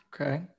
Okay